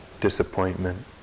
disappointment